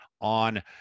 on